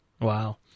Wow